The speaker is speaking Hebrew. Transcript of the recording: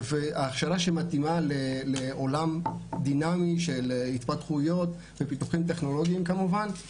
הכשרה שמתאימה לעולם דינמי של התפתחויות ופיתוחים טכנולוגיים כמובן.